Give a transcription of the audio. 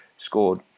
Scored